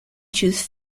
choose